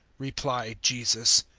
replied jesus,